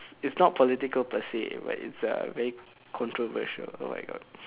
it's not political per se but it's a very controversial oh my God